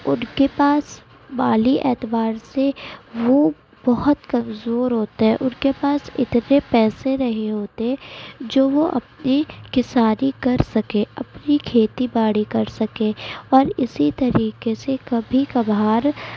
ان کے پاس مالی اعتبار سے وہ بہت کمزور ہوتے ہیں ان کے پاس اتنے پیسے نہیں ہوتے جو وہ اپنی کسانی کر سکیں اپنی کھیتی باڑی کر سکیں اور اسی طریقے سے کبھی کبھار